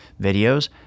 videos